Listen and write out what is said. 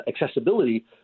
accessibility